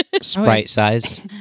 Sprite-sized